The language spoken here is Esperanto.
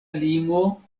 limo